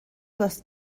les